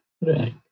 right